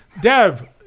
Dev